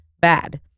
bad